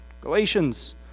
Galatians